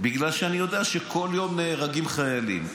בגלל שאני יודע שכל יום נהרגים חיילים.